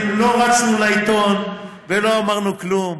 לא רצנו לעיתון ולא אמרנו כלום.